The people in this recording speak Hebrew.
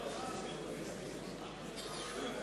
(חבר הכנסת טלב אלסאנע יוצא מאולם המליאה.)